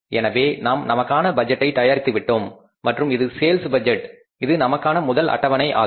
எனவே நாம் நமக்கான பட்ஜெட்டை தயாரித்து விட்டோம் மற்றும் இது சேல்ஸ் பட்ஜெட் இது நமக்கான முதல் அட்டவணை ஆகும்